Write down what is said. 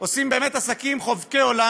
עושים באמת עסקים חובקי עולם,